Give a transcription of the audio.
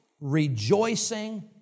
rejoicing